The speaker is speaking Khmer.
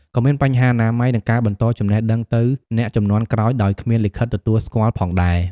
ក៏មានបញ្ហាអនាម័យនិងការបន្តចំណេះដឹងទៅអ្នកជំនាន់ក្រោយដោយគ្មានលិខិតទទួលស្គាល់ផងដែរ។